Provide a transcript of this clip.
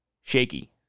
shaky